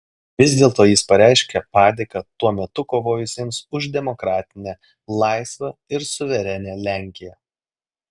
vis dėlto jis pareiškė padėką tuo metu kovojusiems už demokratinę laisvą ir suverenią lenkiją